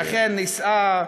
שאכן נישאה,